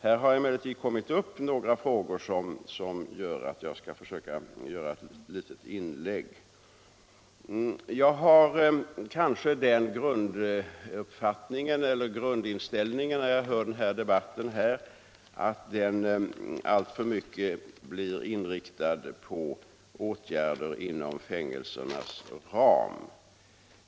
Här har emellertid kommit Onsdagen den upp några frågor som föranleder mig att göra ett litet inlägg. 5 maj 1976 Dagens debatt har, tycker jag, alltför mycket inriktats på åtgärderinom — fängelsernas ram.